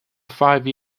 five